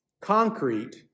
concrete